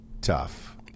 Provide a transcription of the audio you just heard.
tough